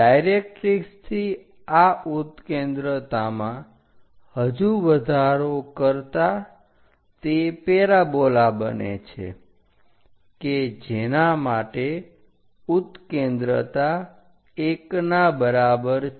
ડાયરેક્ટરીક્ષથી આ ઉત્કેન્દ્રતામાં હજુ વધારો કરતા તે પેરાબોલા બને છે કે જેના માટે ઉત્કેન્દ્રતા 1 ના બરાબર છે